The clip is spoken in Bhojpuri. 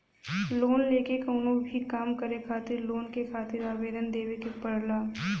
लोन लेके कउनो भी काम करे खातिर लोन के खातिर आवेदन देवे के पड़ला